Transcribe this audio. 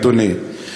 אדוני,